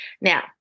Now